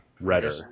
redder